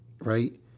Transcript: right